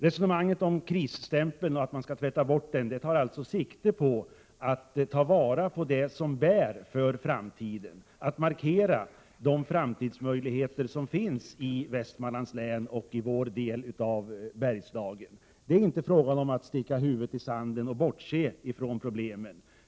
Resonemanget om att tvätta bort krisstämpeln tar alltså sikte på att man skall ta vara på det som bär för framtiden, att markera de framtidsmöjligheter som finns i Västmanlands län och vår del av Bergslagen. Det är inte fråga om att sticka huvudet i sanden och bortse från problemen.